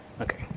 Okay